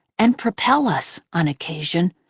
and propel us, on occasion,